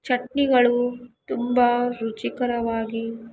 ಚಟ್ನಿಗಳು ತುಂಬ ರುಚಿಕರವಾಗಿ